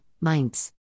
Mainz